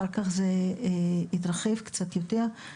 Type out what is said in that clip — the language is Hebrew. אחר כך זה התרחב קצת יותר.